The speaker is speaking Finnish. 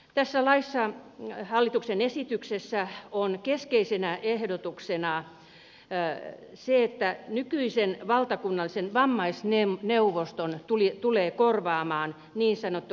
tässä hallituksen esityksessä on keskeisenä ehdotuksena se että nykyisen valtakunnallisen vammaisneuvoston tulee korvaamaan niin sanottu koordinaatiomekanismi